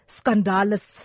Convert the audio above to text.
scandalous